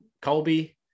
Colby